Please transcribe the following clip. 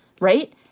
right